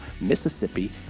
Mississippi